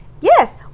Yes